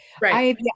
right